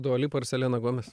dua lipa ar selena gomes